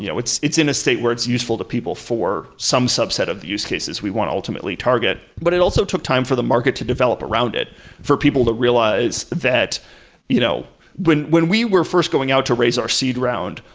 you know it's it's in a state where it's useful to people for some subset of the use cases we want to ultimately target, but it also took time for the market to develop around it for people to realize that you know when when we were first going out to raise our seed round,